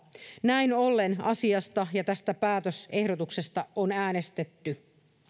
näin ollen asiasta ja tästä päätösehdotuksesta on äänestetty